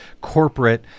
corporate